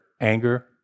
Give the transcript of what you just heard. anger